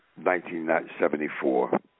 1974